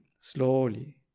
slowly